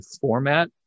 format